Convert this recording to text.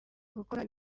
gukora